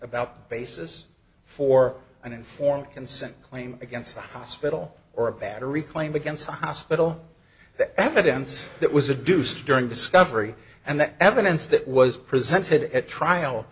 the basis for an informed consent claim against the hospital or a battery claim against the hospital the evidence that was a deuce during discovery and the evidence that was presented at trial